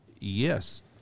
Yes